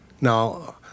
Now